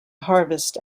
harvest